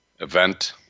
event